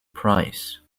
prize